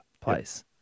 place